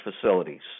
facilities